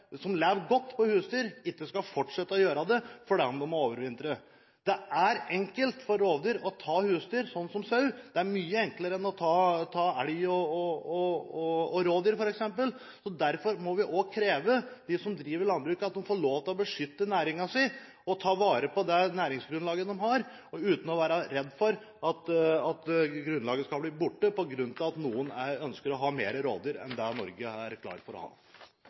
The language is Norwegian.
Det er enkelt for rovdyr å ta husdyr, slik som sau, det er mye enklere enn å ta elg og rådyr. Derfor må de som driver landbruk, også kreve å få lov til å beskytte næringen sin og ta vare på det næringsgrunnlaget de har – uten å være redd for at grunnlaget skal bli borte fordi noen ønsker å ha mer rovdyr enn det Norge er klar for å ha.